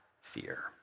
fear